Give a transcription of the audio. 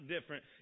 different